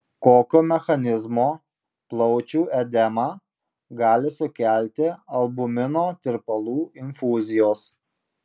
kokio mechanizmo plaučių edemą gali sukelti albumino tirpalų infuzijos